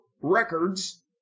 records